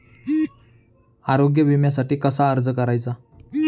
आरोग्य विम्यासाठी कसा अर्ज करायचा?